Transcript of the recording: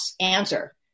answer